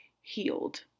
healed